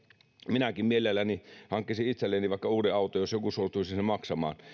minäkin mielelläni hankkisin itselleni vaikka uuden auton jos joku suostuisi sen maksamaan